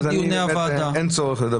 אז אין צורך לדבר.